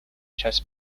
chess